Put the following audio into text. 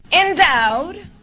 Endowed